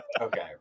Okay